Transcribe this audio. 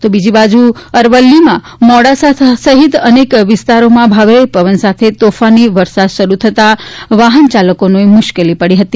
તો બીજી બાજૂ અરવલ્લીમાં મોડાસા સહિત અનેક વિસ્તારમાં ભારે પવન સાથે તોફાની વરસાદ શરુ થતાં વાહન ચાલકોને મુશ્કેલી પડી હતી